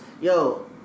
Yo